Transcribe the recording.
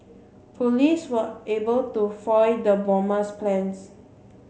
police were able to foil the bomber's plans